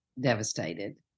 devastated